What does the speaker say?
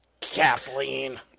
Kathleen